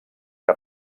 que